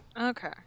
Okay